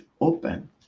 open